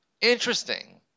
Interesting